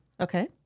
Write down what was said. Okay